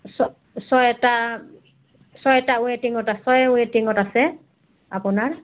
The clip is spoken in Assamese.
ছ ছয়টা ছয়টা ৱেটিঙত আ ছয় ৱেটিঙত আছে আপোনাৰ